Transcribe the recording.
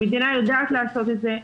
המדינה יודעת לעשות את זה.